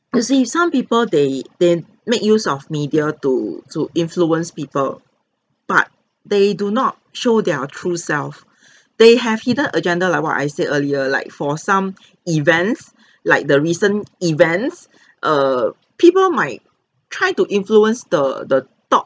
you see some people they they make use of media to to influence people but they do not show their true self they have hidden agenda like what I said earlier like for some events like the recent events err people might try to influence the the top